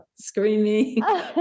screaming